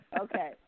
Okay